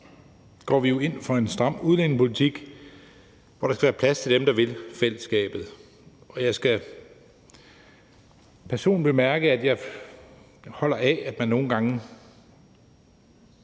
går vi jo ind for en stram udlændingepolitik, hvor der skal være plads til dem, der vil fællesskabet. Og jeg skal personligt bemærke, at jeg holder af, at man nogle gange